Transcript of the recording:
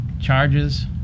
charges